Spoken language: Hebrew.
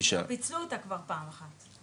פיצלו אותה כבר פעם אחת.